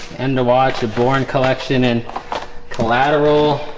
and watch the born collection and collateral